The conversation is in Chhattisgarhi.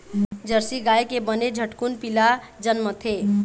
जरसी गाय के बने झटकुन पिला जनमथे